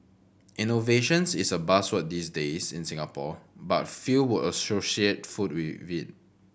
innovations is a buzzword these days in Singapore but few would associate food with in